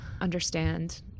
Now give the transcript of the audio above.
understand